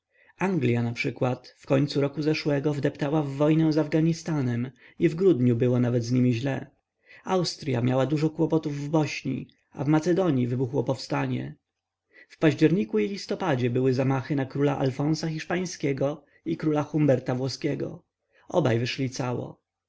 gorzej anglia naprzykład w końcu roku zeszłego wdeptała w wojnę z afganistanem i w grudniu było nawet z nimi źle austrya miała dużo kłopotów w bośni a w macedonii wybuchło powstanie w październiku i listopadzie były zamachy na króla alfonsa hiszpańskiego i króla humberta włoskiego obaj wyszli cało